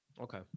okay